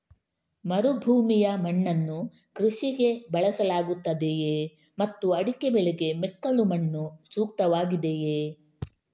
ಮರುಭೂಮಿಯ ಮಣ್ಣನ್ನು ಕೃಷಿಗೆ ಬಳಸಲಾಗುತ್ತದೆಯೇ ಮತ್ತು ಅಡಿಕೆ ಬೆಳೆಗೆ ಮೆಕ್ಕಲು ಮಣ್ಣು ಸೂಕ್ತವಾಗಿದೆಯೇ?